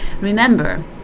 Remember